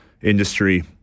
industry